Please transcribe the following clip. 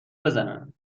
بزنند